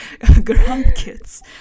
grandkids